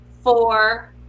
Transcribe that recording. four